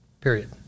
period